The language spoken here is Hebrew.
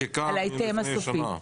זאת חקיקה מלפני שנה?